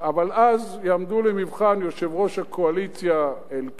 אבל אז יעמדו למבחן יושב-ראש הקואליציה אלקין,